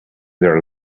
their